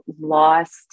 lost